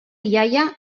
iaia